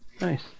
Nice